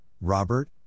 Robert